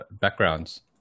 backgrounds